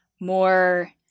more